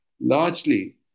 largely